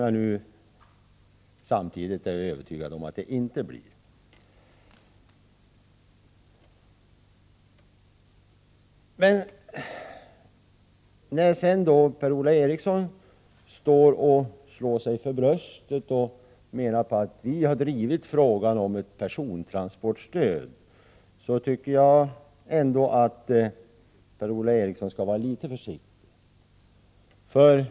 Men det är jag övertygad om att det inte blir. När Per-Ola Eriksson slår sig för bröstet och menar att ”det var vi som drev frågan om ett persontransportstöd”, tycker jag att Per-Ola Eriksson skall varalitet försiktig.